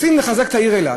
רוצים לחזק את העיר אילת,